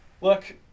Look